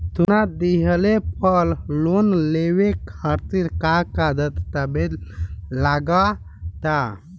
सोना दिहले पर लोन लेवे खातिर का का दस्तावेज लागा ता?